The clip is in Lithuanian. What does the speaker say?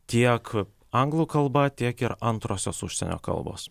tiek anglų kalba tiek ir antrosios užsienio kalbos